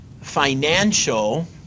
financial